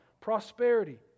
prosperity